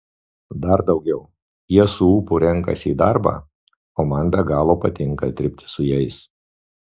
dar daugiau jie su ūpu renkasi į darbą o man be galo patinka dirbti su jais